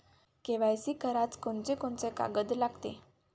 KYC कराच कोनचे कोनचे कागद लागते?